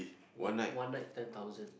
one one night ten thousand